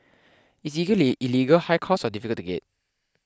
it's either illegal high cost or difficult to get